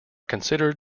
considered